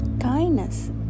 Kindness